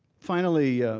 finally,